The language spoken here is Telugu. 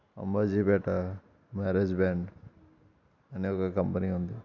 అంబాజీపేట మ్యారేజ్ బ్యాండ్ అనే ఒక కంపెనీ ఉంది